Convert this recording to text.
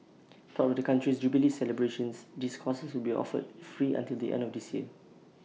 part of the country's jubilee celebrations these courses will be offered free until the end of this year